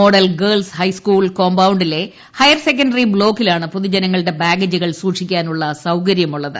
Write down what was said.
model girls high school കോമ്പൌണ്ടിലെ higher secondary ബ്ലോക്കിലാണ് പൊതുജനങ്ങളുടെ ബാഗേജുകൾ സൂക്ഷിക്കാനുള്ള സൌകര്യ മുള്ളത്